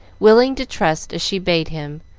willing to trust as she bade him,